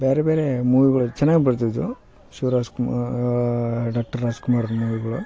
ಬೇರೆ ಬೇರೆ ಮೂವಿಗಳು ಚೆನ್ನಾಗಿ ಬರ್ತಿದ್ವು ಶಿವ ರಾಜ್ಕುಮಾರ್ ಡಾಕ್ಟರ್ ರಾಜ್ಕುಮಾರ್ ಮೂವಿಗಳು